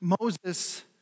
Moses